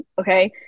Okay